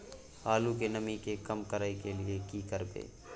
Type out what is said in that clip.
आलू के नमी के कम करय के लिये की करबै?